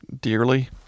dearly